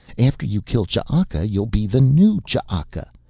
after you kill ch'aka you'll be the new ch'aka.